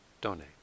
donate